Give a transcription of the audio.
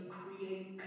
create